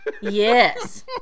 Yes